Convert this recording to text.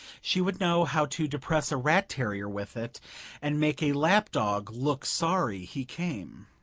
she would know how to depress a rat-terrier with it and make a lap-dog look sorry he came.